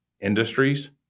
industries